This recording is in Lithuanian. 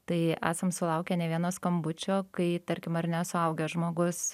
tai esam sulaukę ne vieno skambučio kai tarkim ar ne suaugęs žmogus